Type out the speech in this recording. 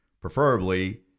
preferably